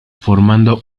formando